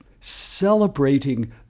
celebrating